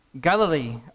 Galilee